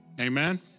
Amen